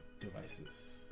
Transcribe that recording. devices